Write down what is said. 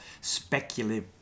speculative